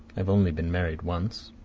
i have only been married once.